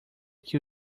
que